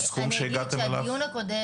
אם הוא יתקשר רק עם גוף בחו"ל,